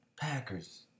Packers